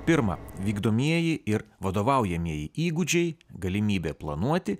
pirma vykdomieji ir vadovaujamieji įgūdžiai galimybė planuoti